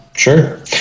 Sure